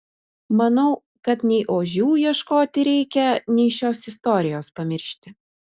manau kad nei ožių ieškoti reikia nei šios istorijos pamiršti